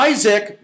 Isaac